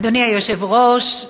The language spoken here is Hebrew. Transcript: אדוני היושב-ראש,